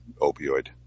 opioid